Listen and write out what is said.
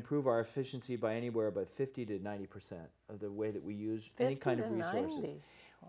improve our fish unsee by anywhere by fifty to ninety percent of the way that we use any kind of anonymously